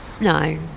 No